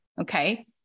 Okay